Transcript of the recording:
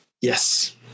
yes